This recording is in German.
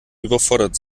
überfordert